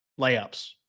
layups